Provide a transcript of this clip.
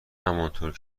همانطور